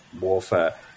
warfare